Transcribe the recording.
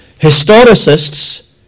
Historicists